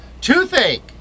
Toothache